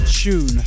tune